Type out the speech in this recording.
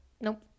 nope